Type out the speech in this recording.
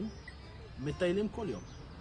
ויהודים יוצאי